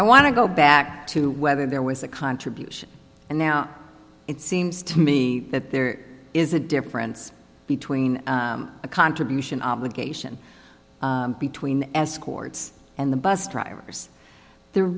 i want to go back to whether there was a contribution and now it seems to me that there is a difference between a contribution obligation between escorts and the bus drivers there